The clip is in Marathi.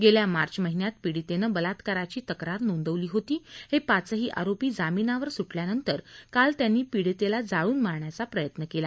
गेल्या मार्च महिन्यात पीडितेनं बलात्काराची तक्रार नोंदवली होती हे पाचही आरोपी जामिनावर सुटल्यानंतर काल त्यांनी पीडितेला जाळून मारण्याचा प्रयत्न केला